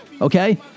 Okay